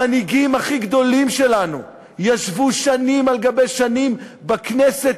המנהיגים הכי גדולים שלנו ישבו שנים על-גבי שנים בכנסת,